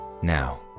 Now